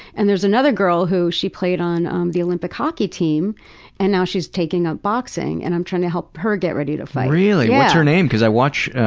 and there's another girl, who she played on um the olympic hockey team and now she's taking up boxing. and i'm trying to help her get ready to fight. really? what's her name because i watch.